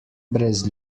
brez